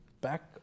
back